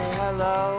hello